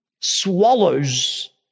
swallows